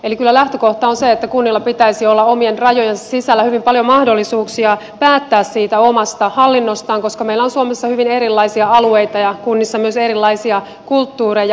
eli kyllä lähtökohta on se että kunnilla pitäisi olla omien rajojensa sisällä hyvin paljon mahdollisuuksia päättää siitä omasta hallinnostaan koska meillä on suomessa hyvin erilaisia alueita ja kunnissa myös erilaisia kulttuureja